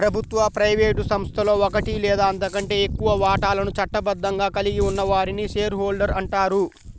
ప్రభుత్వ, ప్రైవేట్ సంస్థలో ఒకటి లేదా అంతకంటే ఎక్కువ వాటాలను చట్టబద్ధంగా కలిగి ఉన్న వారిని షేర్ హోల్డర్ అంటారు